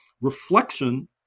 reflection